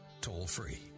toll-free